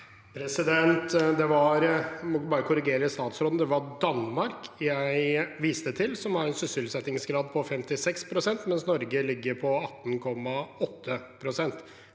statsråden. Det var Danmark jeg viste til som har en sysselsettingsgrad på 56 pst., mens Norge ligger på 18,8 pst.